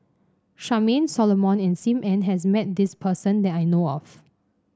Charmaine Solomon and Sim Ann has met this person that I know of